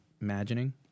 imagining